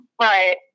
Right